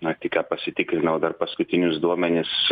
na tik ką pasitikrinau dar paskutinius duomenis